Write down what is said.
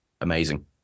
Amazing